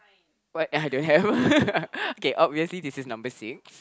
what uh don't have okay obviously this is number six